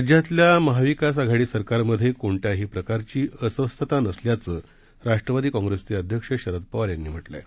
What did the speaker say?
राज्यातल्या महाविकास आघाडी सरकारमध्ये कोणत्याही प्रकारची अस्वस्थता नसल्याचं राष्ट्रवादी काँप्रेसचे अध्यक्ष शरद पवार यांनी म्हटलं आहे